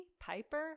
Piper